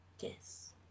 Yes